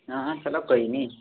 हां चलो कोई निं